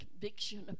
conviction